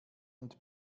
und